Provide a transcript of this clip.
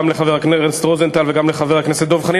גם לחבר הכנסת רוזנטל וגם לחבר הכנסת דב חנין.